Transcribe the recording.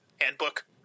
handbook